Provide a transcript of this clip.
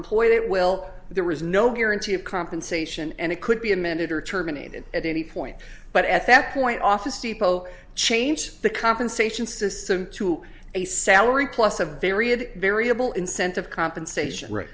employed it well there was no guarantee of compensation and it could be amended or terminated at any point but at that point office depot change the compensation system to a salary plus a variable variable incentive compensation r